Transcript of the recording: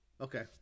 Okay